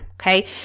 okay